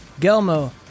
Gelmo